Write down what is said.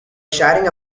sharing